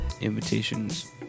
Invitations